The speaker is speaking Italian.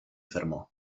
fermò